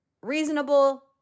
reasonable